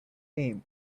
aim